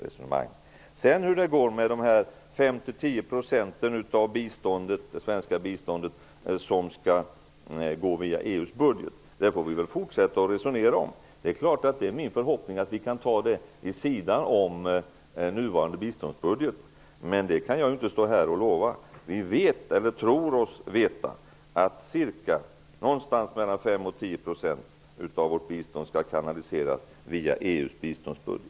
Hur det sedan går med de 5--10 % av det svenska biståndet som skall gå via EU:s budget får vi fortsätta att resonera om. Det är självfallet min förhoppning att vi kan ta det vid sidan om den nuvarande biståndsbudgeten. Men det kan jag inte stå här och lova. Vi vet, eller tror oss veta, att någonstans mellan 5 och 10 % av vårt bistånd skall kanaliseras via EU:s biståndsbudget